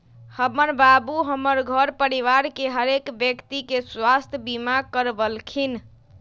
हमर बाबू हमर घर परिवार के हरेक व्यक्ति के स्वास्थ्य बीमा करबलखिन्ह